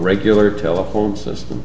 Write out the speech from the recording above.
regular telephone system